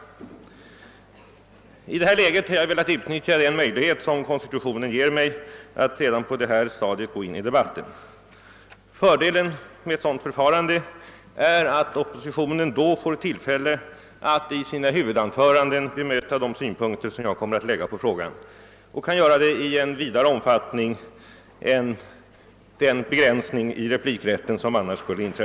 I det läge som nu har inträtt har jag velat utnyttja den möjlighet som konstitutionen ger mig till att redan på detta tidiga stadium ge mig in i debatten. Fördelen härmed är att oppositionen då får tillfälle att i sina huvudanföranden bemöta de synpunkter som jag kommer att lägga på denna fråga och kan göra det mera utförligt än med den begränsning som replikrätten annars föreskriver.